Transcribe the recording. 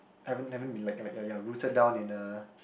haven't haven't been like like ya rooted down in a